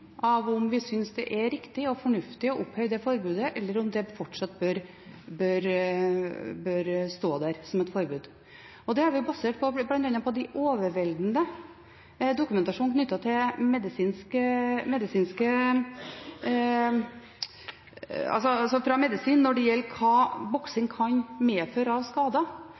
av om vi synes det er riktig og fornuftig å oppheve forbudet, eller om det forbudet fortsatt bør stå. Det har vi bl.a. basert på den overveldende dokumentasjonen fra medisinsk miljø når det gjelder hva boksing kan medføre av skader.